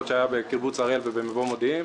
שיזמה את הדיון ביחד עם מלכיאלי וטיבי וינון אזולאי,